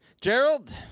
Gerald